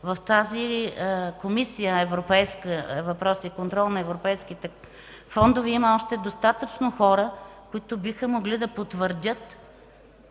по европейските въпроси и контрол на европейските фондове има достатъчно хора, които биха могли да потвърдят